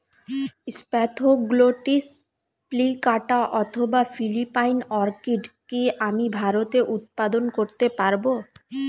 Spathoglottis plicata অথবা Philippine orchid কি আমি ভারতে উৎপাদন করতে পারবো?